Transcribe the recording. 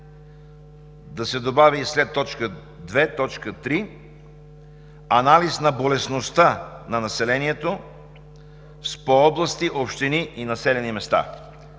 Да се добави след т. 2, т. 3: „Анализ на болестността на населението по области, общини и населени места“.